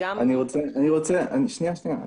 שנייה, שנייה.